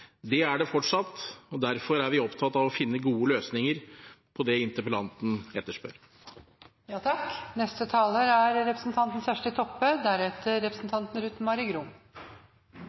Det er det fortsatt, og derfor er vi opptatt av å finne gode løsninger på det interpellanten etterspør. Takk